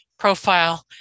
Profile